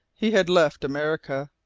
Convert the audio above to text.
he had left america,